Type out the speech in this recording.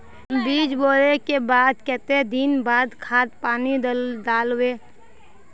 बीज बोले के बाद केते दिन बाद खाद पानी दाल वे?